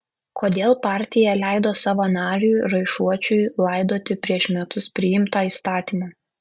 kodėl partija leido savo nariui raišuočiui laidoti prieš metus priimtą įstatymą